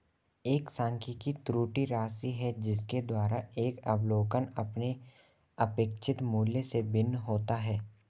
एक सांख्यिकी त्रुटि राशि है जिसके द्वारा एक अवलोकन अपने अपेक्षित मूल्य से भिन्न होता है